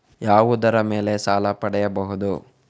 ಯಾವುದರ ಮೇಲೆ ಸಾಲ ಪಡೆಯಬಹುದು?